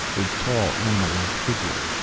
a tall animallike figure.